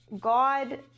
God